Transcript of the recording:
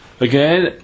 Again